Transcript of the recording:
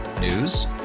News